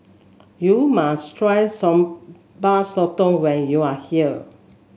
you must try Sambal Sotong when you are here